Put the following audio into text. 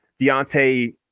Deontay